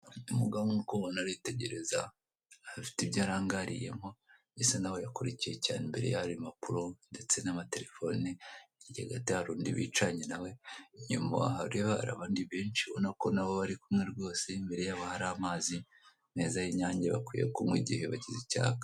Ubwishingizwe buzwi nka buritamu baragufasha n'igihe imodoka yabo yagize ikibazo kuburyo itabasha kuva aho iri babishyura na baragideni iza kuyihakura hitamo beretamu inshuti y'ibihe byose.